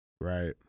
Right